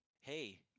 hey